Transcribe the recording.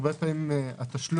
הרבה פעמים התשלום